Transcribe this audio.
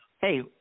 hey